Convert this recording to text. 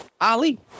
Ali